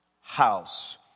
house